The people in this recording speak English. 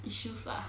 issues lah